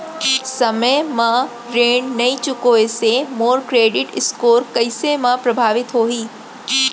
समय म ऋण नई चुकोय से मोर क्रेडिट स्कोर कइसे म प्रभावित होही?